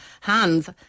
hands